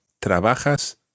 trabajas